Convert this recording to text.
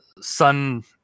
sun